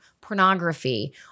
pornography